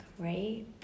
Great